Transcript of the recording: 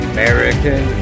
American